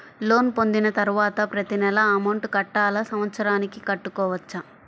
Loan పొందిన తరువాత ప్రతి నెల అమౌంట్ కట్టాలా? సంవత్సరానికి కట్టుకోవచ్చా?